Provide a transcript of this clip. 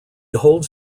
holds